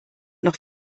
noch